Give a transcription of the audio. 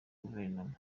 guverinoma